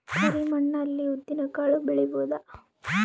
ಕರಿ ಮಣ್ಣ ಅಲ್ಲಿ ಉದ್ದಿನ್ ಕಾಳು ಬೆಳಿಬೋದ?